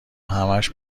همش